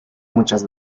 muchas